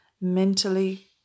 mentally